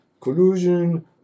collusion